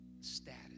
status